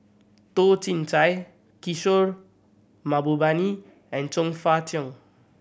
Toh Chin Chye Kishore Mahbubani and Chong Fah Cheong